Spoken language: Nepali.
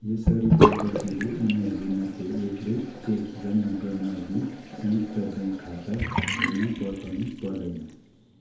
यसरी दम्पतीले उनीहरूमध्ये एकले चेक जम्मा गर्न अघि संयुक्त ब्याङ्क खाता खोल्न पर्खनु पर्दैन